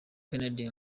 kennedy